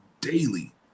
daily